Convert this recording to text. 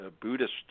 Buddhist